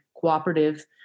cooperative